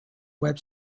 web